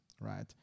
right